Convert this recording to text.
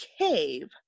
cave